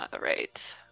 right